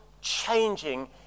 changing